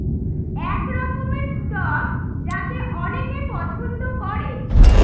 এক রকমের স্টক যাকে অনেকে পছন্দ করে